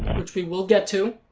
which we will get to.